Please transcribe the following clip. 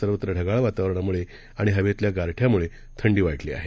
सर्वत्र ढगाळ वातावरणामुळे आणि हवेतल्या गारठ्यामुळे थंडी वाढली आहे